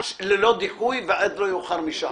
ללא דיחוי ועד לא יאוחר משעה.